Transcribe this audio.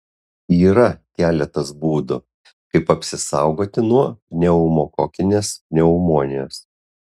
yra keletas būdų kaip apsisaugoti nuo pneumokokinės pneumonijos